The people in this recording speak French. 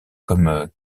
comme